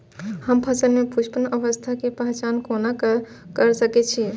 हम फसल में पुष्पन अवस्था के पहचान कोना कर सके छी?